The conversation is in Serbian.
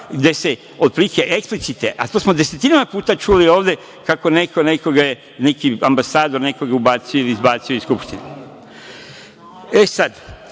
gde se otprilike eksplicitno, a to smo desetina puta čuli ovde kako je neki nekoga ambasador ubacio ili izbacio iz Skupštine.E, sada,